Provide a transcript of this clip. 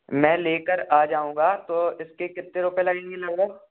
मैं ले कर आ जाऊँगा तो इसके कितने रुपये लगेंगे लगभग